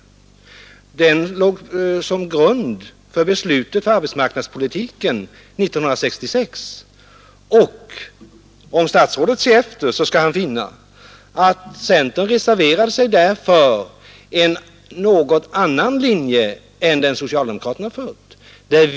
Den utredningen låg som grund för beslutet om arbetsmarknadspolitiken 1966. Om statsrådet ser efter skall han finna att centern reserverade sig där för en annan linje än den som socialdemokraterna har drivit.